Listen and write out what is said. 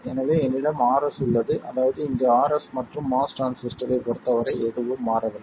எனவே என்னிடம் Rs உள்ளது அதாவது இங்கு Rs மற்றும் MOS டிரான்சிஸ்டரைப் பொருத்தவரை எதுவும் மாறவில்லை